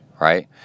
right